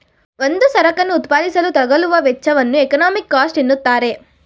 ಒಂದು ಸರಕನ್ನು ಉತ್ಪಾದಿಸಲು ತಗಲುವ ವೆಚ್ಚವನ್ನು ಎಕಾನಮಿಕ್ ಕಾಸ್ಟ್ ಎನ್ನುತ್ತಾರೆ